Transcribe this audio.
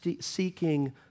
seeking